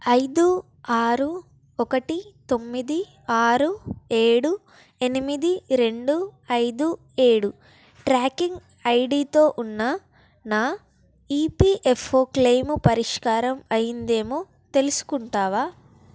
ఐదు ఆరు ఒకటి తొమ్మిది ఆరు ఏడు ఎనిమిది రెండు ఐదు ఏడు ట్రాకింగ్ ఐడితో ఉన్న నా ఈపిఎఫ్ఓ క్లెయిము పరిష్కారం అయ్యిందేమో తెలుసుకుంటావా